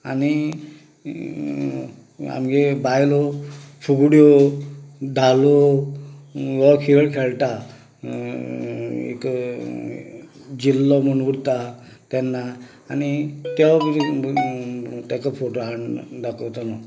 आनी आमगें बायलो फुगड्यों धालो हो खेळ खेळटा एक जिल्लो म्हूण उरता तेन्ना आनी त्या तेका फोटो हाडून दाखयतलो